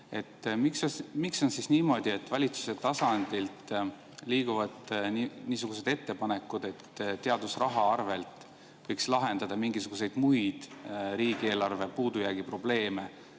Miks on siis niimoodi, et valitsuse tasandilt liiguvad niisugused ettepanekud, et teadusraha arvelt võiks lahendada mingisuguseid muid riigieelarve puudujäägi probleeme?